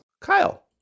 Kyle